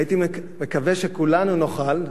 הייתי מקווה שכולנו נוכל,